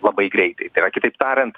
labai greitai kitaip tariant